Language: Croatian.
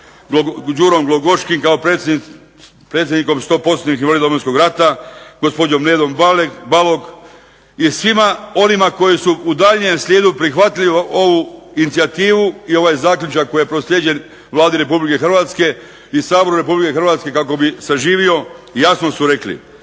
Đurom Glogoški kao predsjednikom 100%-ih invalida Domovinskog rata, gospođom Nedom Balog i svima onima koji su u daljnjem slijedu prihvatili ovu inicijativu i ovaj zaključak koji je proslijeđen Vladi RH i Saboru RH kako bi saživo. Jasno su rekli